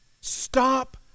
Stop